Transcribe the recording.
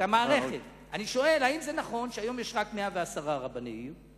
אני שואל, האם נכון שהיום יש רק 110 רבני עיר?